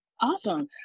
Awesome